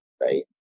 right